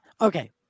okay